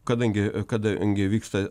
kadangi kadangi vyksta